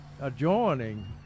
adjoining